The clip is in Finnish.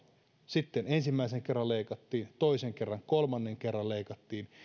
sitten ensimmäisen kerran leikattiin toisen kerran kolmannen kerran leikattiin